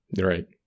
right